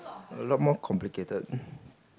a lot more complicated